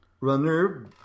runner